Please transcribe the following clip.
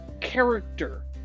character